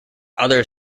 other